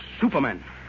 Superman